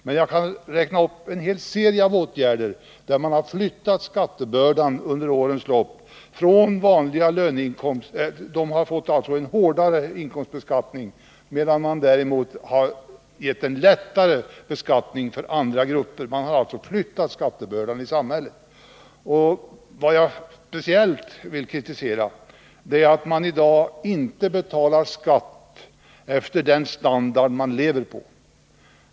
Men jag kan räkna upp en hel serie av åtgärder som vidtagits under årens lopp och som inneburit att man infört en hårdare inkomstbeskattning för vanliga inkomsttagare medan andra grupper fått det lindrigare. Man har alltså flyttat skattebördan i samhället. Vad jag speciellt vill kritisera är att man i dag inte betalar skatt efter den standard man lever på.